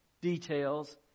details